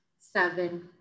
seven